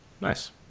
Nice